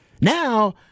now